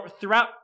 throughout